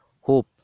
Hope